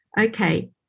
okay